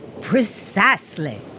Precisely